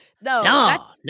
No